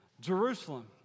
Jerusalem